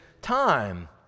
time